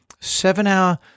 seven-hour